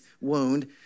wound